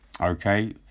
Okay